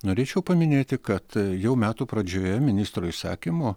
norėčiau paminėti kad jau metų pradžioje ministro įsakymu